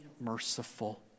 merciful